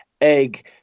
egg